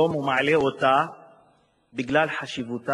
הוא: מחסור במשרות